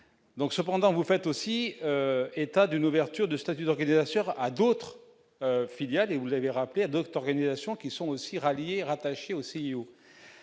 donc cependant vous fait aussi état d'une ouverture de statut d'organisation à d'autres filiales, et vous avez rappelé adopte organisations qui sont aussi ralliés rattaché aussi